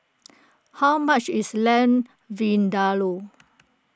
how much is Lamb Vindaloo